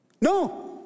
no